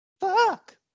Fuck